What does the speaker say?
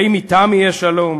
האם אתם יהיה שלום?